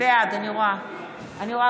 בעד יוליה מלינובסקי,